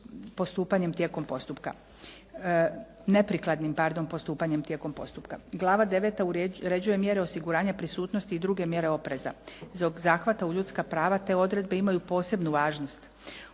postupanjem tijekom postupka. Glava 9. uređuje mjere osiguranja prisutnosti i druge mjere opreza. Zbog zahvata u ljudska prava te odredbe imaju posebnu važnost.